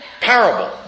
parable